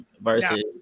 versus